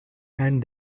and